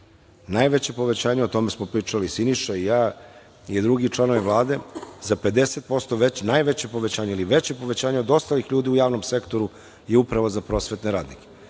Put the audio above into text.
Najveće povećanje, o tome smo pričali Siniša, ja i drugi č lanovi Vlade, za 50% veće, najveće povećanje ili veće povećanje od ostalih ljudi u javnom sektoru je upravo za prosvetne radnike.